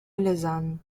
alezane